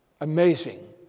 Amazing